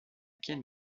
quien